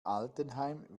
altenheim